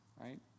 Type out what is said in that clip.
right